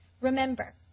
Remember